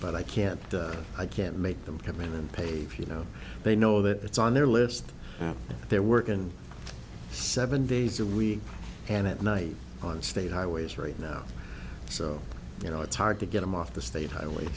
but i can't i can't make them come in and pay for you know they know that it's on their list their work and seven days a week and at night on state highways right now so you know it's hard to get them off the state highway